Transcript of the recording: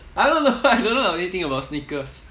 I don't know I don't know anything about sneakers